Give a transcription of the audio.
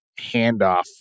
handoff